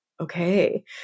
okay